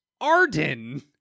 Arden